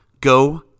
Go